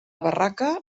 barraca